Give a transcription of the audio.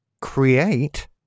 create